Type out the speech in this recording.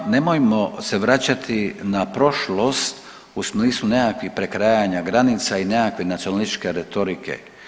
Nema, nemojmo se vraćati na prošlost u smislu nekakvih prekrajanja granica i nekakve nacionalističke retorike.